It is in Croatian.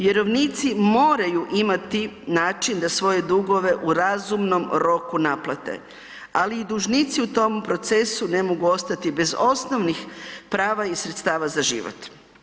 Vjerovnici moraju imati način da svoje dugove u razumnom roku naplate, ali i dužnici u tom procesu ne mogu ostati bez osnovnih prava i sredstava za život.